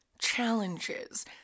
challenges